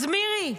אז מירי,